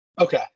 Okay